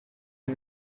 are